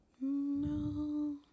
No